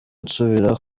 nsubira